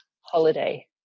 holiday